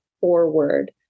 forward